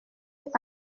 est